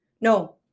No